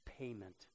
payment